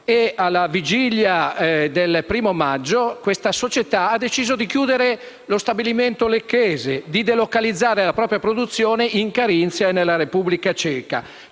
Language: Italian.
alla vigilia del 1º maggio, questa società ha deciso di chiudere lo stabilimento lecchese e di delocalizzare la propria produzione in Carinzia e nella Repubblica ceca.